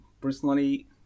personally